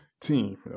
team